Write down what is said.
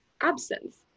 absence